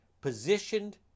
Positioned